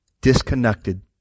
Disconnected